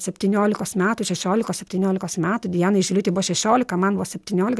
septyniolikos metų šešiolikos septyniolikos metų dianai žiliūtei buvo šešiolika man buvo septyniolika